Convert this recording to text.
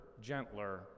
gentler